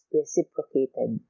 reciprocated